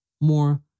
more